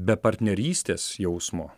be partnerystės jausmo